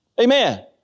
Amen